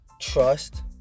Trust